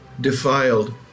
defiled